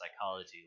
psychology